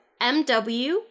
MW